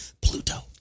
Pluto